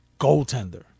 goaltender